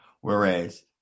Whereas